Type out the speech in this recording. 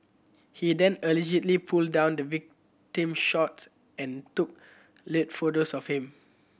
he then allegedly pulled down the victim shorts and took lewd photos of him